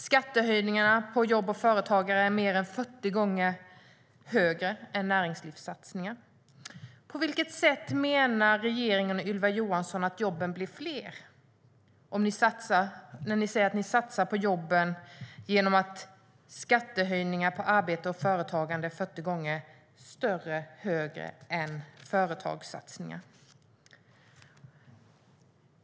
Skattehöjningarna på jobb och företagare är mer än 40 gånger större än näringslivssatsningarna. På vilket sätt menar regeringen och Ylva Johansson att jobben blir fler om ni satsar på jobben, som ni säger, genom att skattehöjningarna på arbete och företagande är 40 gånger större än företagssatsningarna?